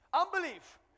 Unbelief